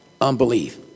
unbelief